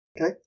Okay